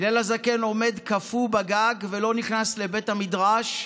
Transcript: הלל הזקן עומד קפוא על הגג ולא נכנס לבית המדרש,